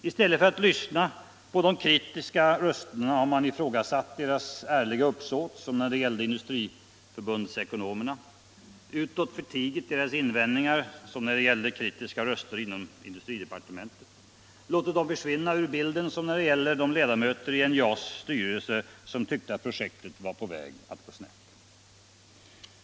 I stället för att lyssna på de kritiska rösterna har man ifrågasatt deras ärliga uppsåt, som när det gällde Industriförbundsekonomerna, utåt förtigit deras invändningar, som när det gällde kritiska röster inom industridepartementet, låtit dem försvinna ur bilden, som när det gällde de ledamöter i NJA:s styrelse som tyckte att projektet var på väg att gå snett.